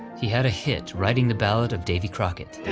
he had a hit writing the ballad of davy crockett,